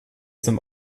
zum